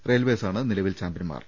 റെയിൽവേസാണ് നിലവിൽ ചാമ്പ്യൻമാർ